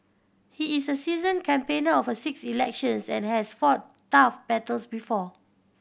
he is a seasoned campaigner of six elections and has fought tough battles before